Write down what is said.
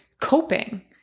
coping